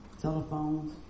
telephones